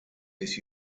miss